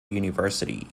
university